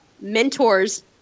mentors